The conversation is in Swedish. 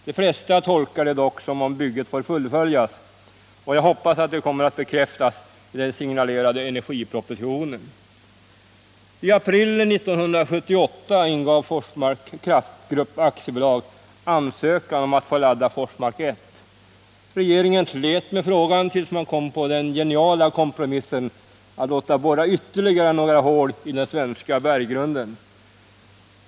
De flesta tolkar det dock så att bygget får fullföljas, och jag hoppas att det kommer att bekräftas i I april 1978 ingav Forsmarks Kraftgrupp AB ansökan om att få ladda Forsmark 1. Regeringen slet med frågan tills man kom på den geniala kompromissen att låta borra ytterligare några hål i den svenska berggrunden.